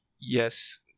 yes